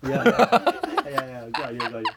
ya ya ya ya good idea good idea